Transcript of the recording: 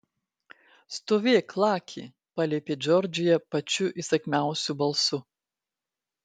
stovėk laki paliepė džordžija pačiu įsakmiausiu balsu